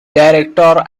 director